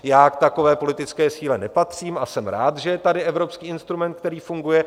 Já k takové politické síle nepatřím a jsem rád, že je tady evropský instrument, který funguje.